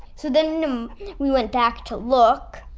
so then um we went back to look,